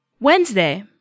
wednesday